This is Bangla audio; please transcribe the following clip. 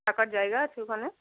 থাকার জায়গা আছে ওখানে